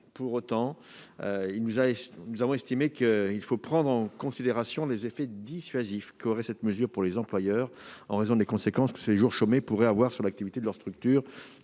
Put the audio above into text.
Pour autant, il convient de prendre en considération les éventuels effets dissuasifs de cette mesure pour les employeurs en raison des conséquences que ces jours chômés pourraient avoir sur l'activité de leur structure.